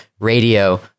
Radio